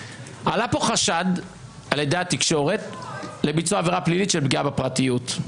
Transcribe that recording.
עלה פה חשד על ידי התקשורת לביצוע עבירה פלילית של פגיעה בפרטיות.